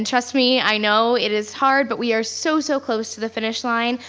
trust me i know it is hard, but we are so so close to the finish line.